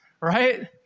right